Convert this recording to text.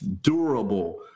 durable